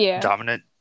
dominant